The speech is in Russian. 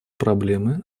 проблемы